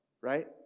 right